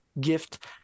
gift